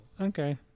Okay